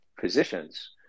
physicians